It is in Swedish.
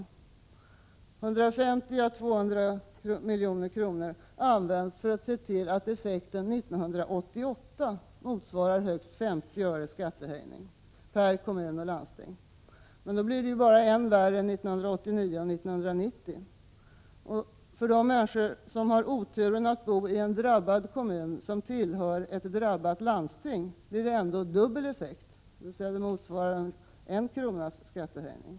150-200 milj.kr. används för att se till att effekten 1988 motsvarar högst 50 öres skattehöjning per kommun och landsting. Men då blir det bara än värre 1989 och 1990! Och för de människor som har oturen att — Prot. 1986/87:110 bo i en drabbad kommun som tillhör ett drabbat landsting blir det dubbel — 24 april 1987 effekt, motsvarande en kronas skattehöjning.